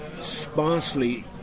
sparsely